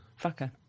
Fucker